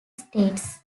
states